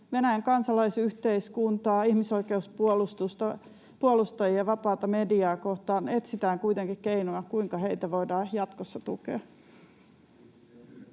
Venäjän kansalaisyhteiskuntaa, ihmisoikeuspuolustajia ja vapaata mediaa kohtaan etsitään kuitenkin keinoja, kuinka heitä voidaan jatkossa tukea.